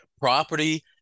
property